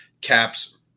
Caps